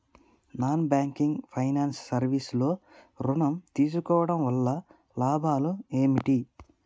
Non banking finance service లో ఋణం తీసుకోవడం వల్ల లాభాలు ఏమిటి?